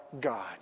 God